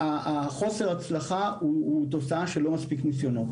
חוסר ההצלחה הוא תוצאה של לא מספיק ניסיונות